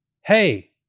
hey